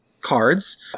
cards